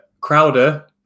Crowder